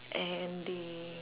and they